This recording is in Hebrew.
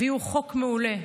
הביאו חוק מעולה.